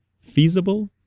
feasible